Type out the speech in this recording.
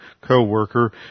co-worker